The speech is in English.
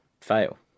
fail